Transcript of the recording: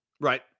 right